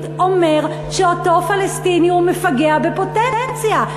אומר שאותו פלסטיני הוא מפגע בפוטנציה.